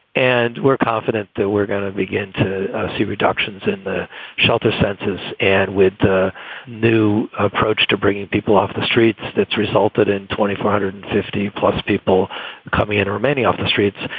and we're confident that we're going to begin to see reductions in the shelter census. and with a new approach to bringing people off the streets, that's resulted in twenty, four hundred and fifty plus people coming in or remaining off the streets.